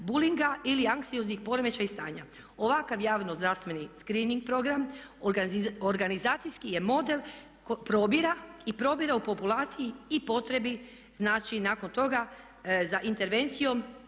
builinga ili anksioznih poremećaja i stanja. Ovakav javno-zdravstveni screening program organizacijski je model probira i probira u populaciji i potrebi, znači nakon toga za intervencijom,